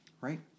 right